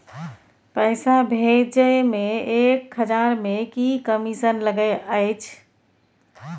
पैसा भैजे मे एक हजार मे की कमिसन लगे अएछ?